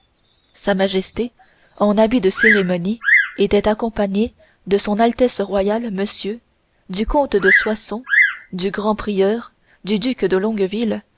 sa majesté en habit de cérémonie était accompagnée de s a r monsieur du comte de soissons du grand prieur du duc de longueville